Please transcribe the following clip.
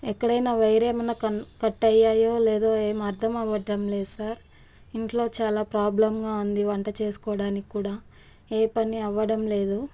ఎక్కడైనా వైర్ ఏమైనా connect అయ్యాయ్యో లేదో ఏం అర్థం కావటం లేదు సార్ ఇంట్లో చాలా ప్రాబ్లమ్గా ఉంది వంట చేసుకోవడానికి కూడా ఏ పని అవ్వడం లేదు